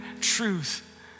truth